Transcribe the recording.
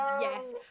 yes